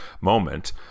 moment